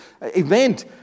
event